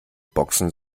boxen